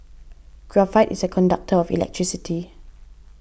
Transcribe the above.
graphite is a conductor of electricity